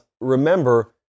remember